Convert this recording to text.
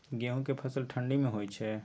गेहूं के फसल ठंडी मे होय छै?